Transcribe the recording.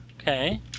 okay